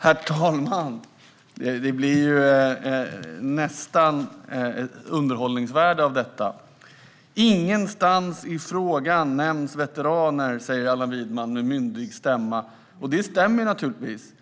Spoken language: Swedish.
Herr talman! Det blir nästan ett underhållningsvärde av detta. Ingenstans i frågan nämns veteraner, säger Allan Widman med myndig stämma. Det stämmer naturligtvis.